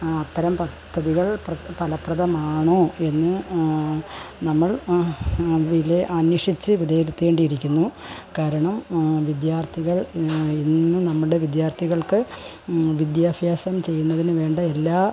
അത്തരം പദ്ധതികൾ ഫലപ്രദമാണോ എന്ന് നമ്മൾ വില അന്വേഷിച്ച് വിലയിരുത്തേണ്ടിയിരിക്കുന്നു കാരണം വിദ്യാർത്ഥികൾ ഇന്ന് നമ്മുടെ വിദ്യാർത്ഥികൾക്ക് വിദ്യാഭ്യാസം ചെയ്യുന്നതിന് വേണ്ട എല്ലാ